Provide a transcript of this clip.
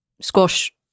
Squash